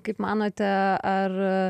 kaip manote ar